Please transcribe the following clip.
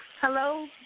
Hello